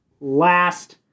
last